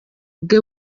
bwe